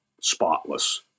spotless